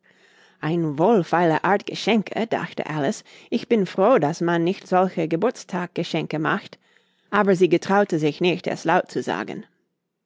wohlfeile art geschenke dachte alice ich bin froh daß man nicht solche geburtstagsgeschenke macht aber sie getraute sich nicht es laut zu sagen